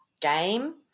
game